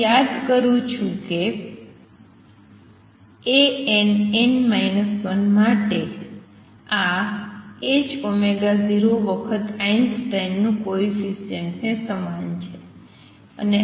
હું યાદ કરું છું કે Ann 1 માટે આ 0 વખત આઈન્સ્ટાઈન કોએફિસિએંટ ને સમાન છે